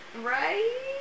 right